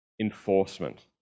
enforcement